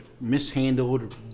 mishandled